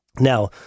Now